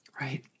Right